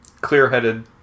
clear-headed